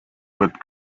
but